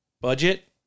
budget